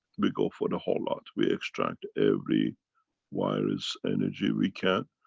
we go for the whole lot. we extract every virus energy we can.